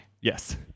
Yes